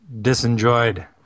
disenjoyed